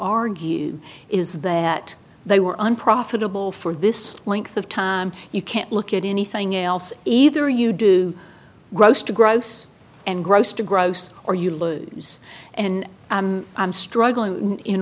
argue is that they were unprofitable for this length of time you can't look at anything else either you do gross to gross and gross to gross or you lose and i'm struggling in